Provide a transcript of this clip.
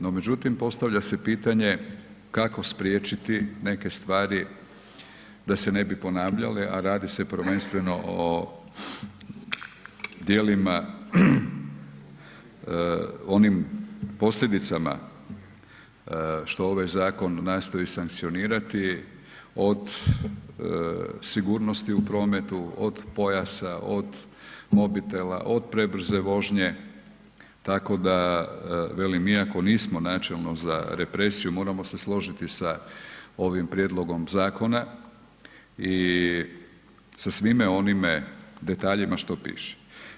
No, međutim postavlja se pitanje kako spriječiti neke stvari da se ne bi ponavljale, a radi se prvenstveno o djelima onim posljedicama što ovaj zakon nastoji sankcionirati od sigurnosti u prometu, od pojasa, od mobitela, od prebrze voženje, tako da velim iako nismo načelno za represiju moramo se složiti sa ovim prijedlogom zakona i sa svime onime detaljima što piše.